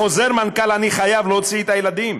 בחוזר מנכ"ל אני חייב להוציא את הילדים,